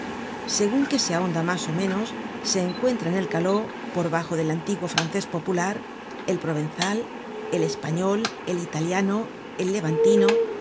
segun que se ahonda mas ó menos se encuentra en el caló por bajo del antiguo francés popular el provenzal el español el italiano el levantino